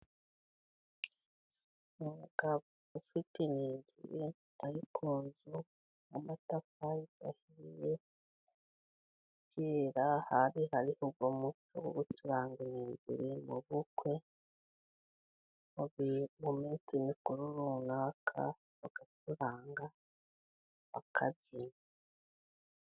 Umugabo ufite iningiri ari ku nzu y'amatafari ahiye, kera hari hari uwo muco wo gucuranga iningiri mu bukwe, mu minsi mikuru runaka bagacuranga, bakabyina.